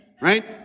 Right